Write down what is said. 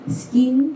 skin